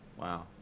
Wow